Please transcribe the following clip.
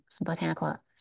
botanical